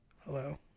hello